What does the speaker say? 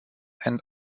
and